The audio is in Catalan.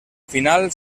final